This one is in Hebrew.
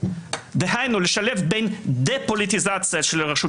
דהיינו לשלב בין דה-פוליטיזציה של הרשות